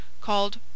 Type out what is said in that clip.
called